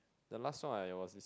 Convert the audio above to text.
the last one I was listening